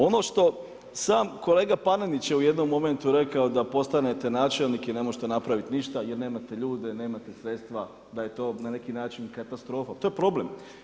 Ono što sam kolega Panenić je u jednom momentu rekao da postanete načelnik i ne možete napraviti ništa jer nemate ljude, nemate sredstva, da je to na neki način katastrofa, to je problem.